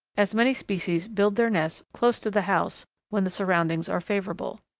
as many species build their nests close to the house when the surroundings are favourable.